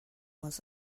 was